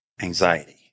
anxiety